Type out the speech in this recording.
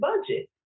budget